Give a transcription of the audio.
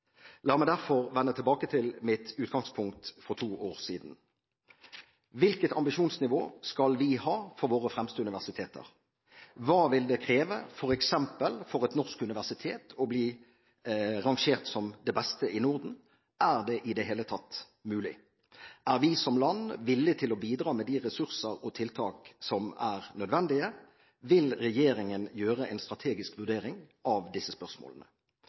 La meg derfor vende tilbake til mitt utgangspunkt for to år siden: Hvilket ambisjonsnivå skal vi ha for våre fremste universiteter? Hva vil det kreve f.eks. for et norsk universitet å bli rangert som det beste i Norden? Er det i det hele tatt mulig? Er vi som land villig til å bidra med de ressurser og tiltak som er nødvendige? Vil regjeringen gjøre en strategisk vurdering av disse spørsmålene?